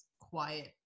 quiet